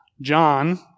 John